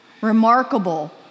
remarkable